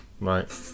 right